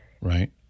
Right